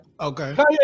okay